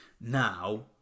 Now